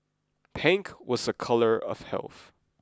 pink was a color of health